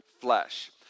flesh